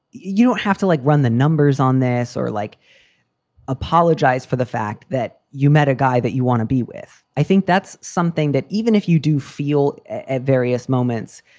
you don't have to, like, run the numbers on this or like apologize for the fact that you met a guy that you want to be with. i think that's something that even if you do feel at various moments.